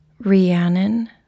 Rhiannon